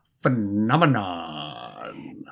Phenomenon